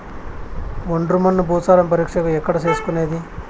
ఒండ్రు మన్ను భూసారం పరీక్షను ఎక్కడ చేసుకునేది?